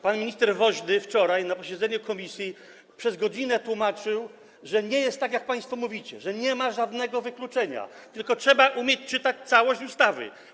Pan minister Woźny wczoraj na posiedzeniu komisji przez godzinę tłumaczył, że nie jest tak, jak państwo mówicie, że nie ma żadnego wykluczenia, tylko trzeba umieć czytać całość ustawy.